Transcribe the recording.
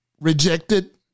Rejected